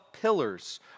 pillars